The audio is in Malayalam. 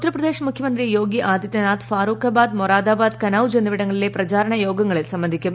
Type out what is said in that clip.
ഉത്തർപ്രദേശ് മുഖ്യമന്ത്രി യോഗി ആദിത്യനാഥ് ഫാറൂഖാബാദ് മൊറാദാബാദ് കനൌജ് എന്നിവിട്ടിട്ടുളിലെ പ്രചാരണ യോഗങ്ങളിൽ സംബന്ധിക്കും